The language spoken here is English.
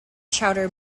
chowder